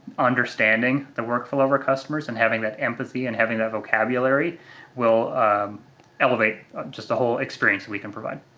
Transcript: understanding the workflow of our customers and having that empathy and having that vocabulary will elevate just the whole experience we can provide.